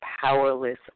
powerless